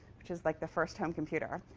which was like the first home computer.